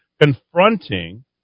confronting